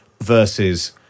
versus